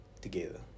together